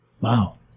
Wow